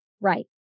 Right